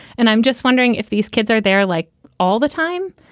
and i'm just wondering if these kids are there, like all the time.